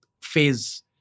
phase